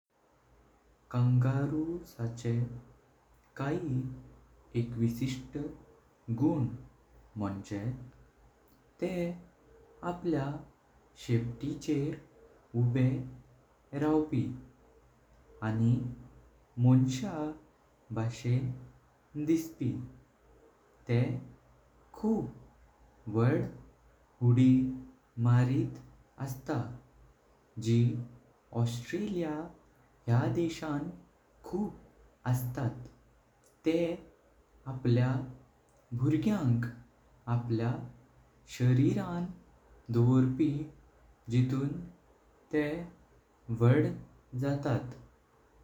कंगारुंचे काई एकविशिष्ट गुण मंझे ते अ आपल्या शेपटीचे उबे रावंपी आनी मोंशाचेर दिसपी। ते खूप वड हुत्ति मारीत अस्तात जी ऑस्ट्रेलिया ह्या देशान खूप अस्तात। ते आपल्या बाळांचो आपल्या शरिरांत दोवर्पी जितून तेह वड जातात।